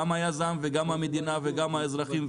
גם היזם וגם המדינה וגם האזרחים,